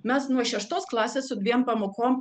mes nuo šeštos klasės su dviem pamokom